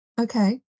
Okay